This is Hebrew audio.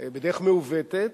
ובדרך מעוותת,